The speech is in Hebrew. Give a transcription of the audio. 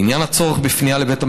לעניין הצורך בפנייה לבית המשפט,